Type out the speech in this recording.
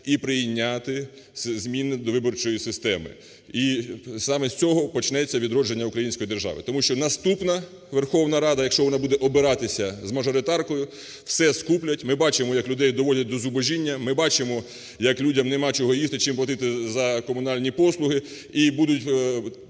і прийняти зміни до виборчої системи, і саме з цього почнеться відродження української держави. Тому що наступна Верховна Рада, якщо вона буде обиратися з мажоритаркою, все скуплять. Ми бачимо, як людей доводять до зубожіння. Ми бачимо, як людям немає чого їсти, чим платити за комунальні послуги. І будуть